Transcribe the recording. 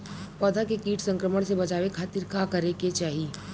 पौधा के कीट संक्रमण से बचावे खातिर का करे के चाहीं?